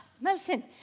motion